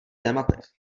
tématech